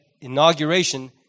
inauguration